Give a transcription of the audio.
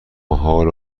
حال